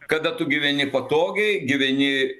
kada tu gyveni patogiai gyveni